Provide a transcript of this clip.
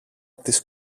της